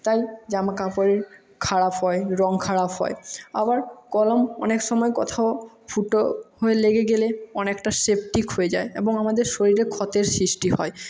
তাই জামাকাপড় খারাপ হয় রঙ খারাপ হয় আবার কলম অনেক সময় কোথাও ফুটো হয়ে লেগে গেলে অনেকটা সেপটিক হয়ে যায় এবং আমাদের শরীরে ক্ষতের সৃষ্টি হয়